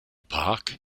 park